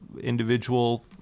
individual